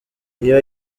iyo